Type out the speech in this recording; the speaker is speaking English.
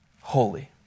holy